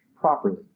properly